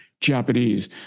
Japanese